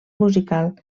musical